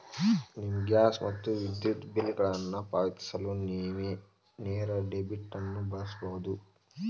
ನಿಮ್ಮ ಗ್ಯಾಸ್ ಮತ್ತು ವಿದ್ಯುತ್ ಬಿಲ್ಗಳನ್ನು ಪಾವತಿಸಲು ನೇವು ನೇರ ಡೆಬಿಟ್ ಅನ್ನು ಬಳಸಬಹುದು